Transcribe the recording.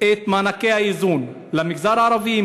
את מענקי האיזון למגזר הערבי.